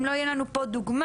אם לא תהיה לנו פה דוגמא,